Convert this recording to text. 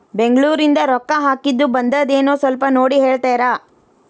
ಬೆಂಗ್ಳೂರಿಂದ ರೊಕ್ಕ ಹಾಕ್ಕಿದ್ದು ಬಂದದೇನೊ ಸ್ವಲ್ಪ ನೋಡಿ ಹೇಳ್ತೇರ?